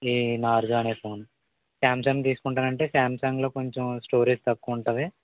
ఈ నార్జో అనే phone Samsung తీసుకుంటాను అంటే సామ్సంగ్లో కొంచెం స్టోరేజ్ తక్కువ ఉంటుంది